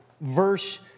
verse